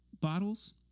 bottles –